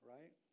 Right